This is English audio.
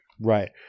Right